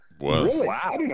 Wow